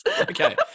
Okay